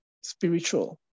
spiritual